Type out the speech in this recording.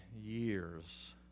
years